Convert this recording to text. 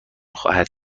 خواهد